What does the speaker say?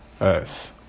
earth